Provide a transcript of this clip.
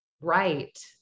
right